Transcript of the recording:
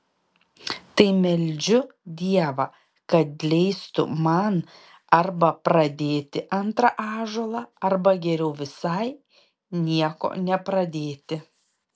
tai meldžiu dievą kad leistų man arba pradėti antrą ąžuolą arba geriau visai nieko nepradėti